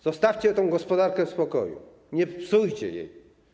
Zostawcie tę gospodarkę w spokoju, nie psujcie jej.